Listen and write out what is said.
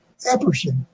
Epperson